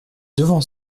devant